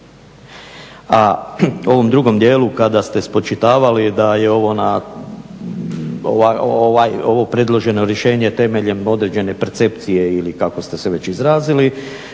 A u ovom drugom dijelu kada ste spočitavali da je ovo predloženo rješenje temeljem određene percepcije ili kako ste se već izrazili,